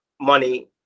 money